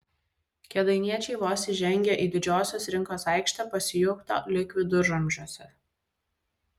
kėdainiečiai vos įžengę į didžiosios rinkos aikštę pasijuto lyg viduramžiuose